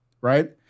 right